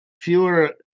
fewer